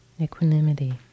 equanimity